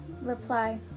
reply